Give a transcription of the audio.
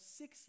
six